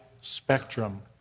spectrum